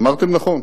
ואמרתם נכון,